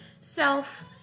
self